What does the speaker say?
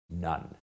None